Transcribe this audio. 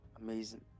Amazing